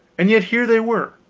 and yet here they were,